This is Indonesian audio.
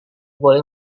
boleh